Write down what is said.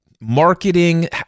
marketing